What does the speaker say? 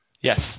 Yes